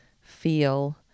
feel